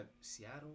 Seattle